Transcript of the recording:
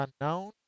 unknown